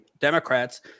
Democrats